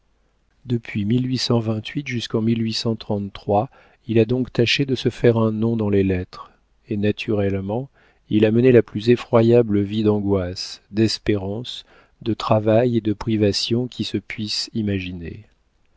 depuis jusqu'en il a donc tâché de se faire un nom dans les lettres et naturellement il a mené la plus effroyable vie d'angoisses d'espérances de travail et de privations qui se puisse imaginer